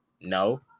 No